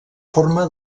forma